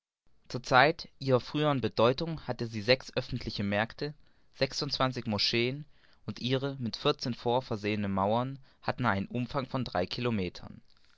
zur zeit ihrer frühern bedeutung hatte sie sechs öffentliche märkte sechsundzwanzig moscheen und ihre mit vierzehn forts versehenen mauern hatten einen umfang von drei kilometer